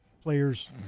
players